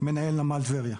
מנהל נמל טבריה.